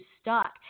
stuck